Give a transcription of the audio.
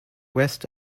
west